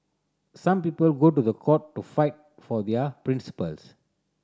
some people go to the court to fight for their principles